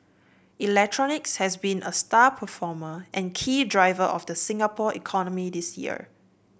electronics has been a star performer and key driver of the Singapore economy this year